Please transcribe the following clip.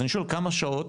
אז אני שואל כמה שעות.